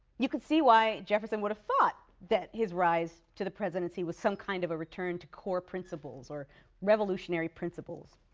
you could see why jefferson would have thought that his rise to the presidency was some kind of a return to core principles, or revolutionary principles.